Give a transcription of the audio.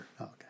Okay